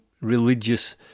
religious